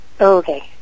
okay